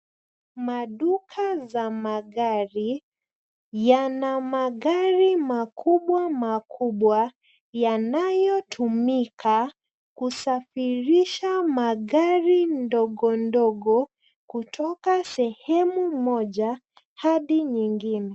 Maduka za magari yana magari makubwa makubwa yanayotumika kusafirisha magari ndogo ndogo kutoka sehemu moja hadi nyingine.